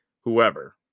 whoever